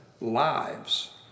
lives